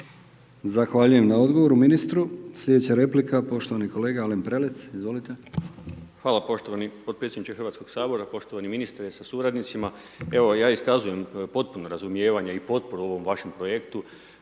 Zahvaljujem na odgovoru ministru. Slijedeća replika poštovani kolega Alen Prelec, izvolite. **Prelec, Alen (SDP)** Hvala poštovani podpredsjedniče HS-a, poštovani ministre sa suradnicima. Evo ja iskazujem potpuno razumijevanje i potporu ovom vašem projektu.